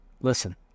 listen